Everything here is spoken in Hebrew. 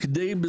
כדי לקבוע,